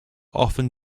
often